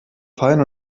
fallen